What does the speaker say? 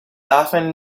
often